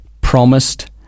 promised